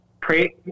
pray